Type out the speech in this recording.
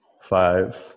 Five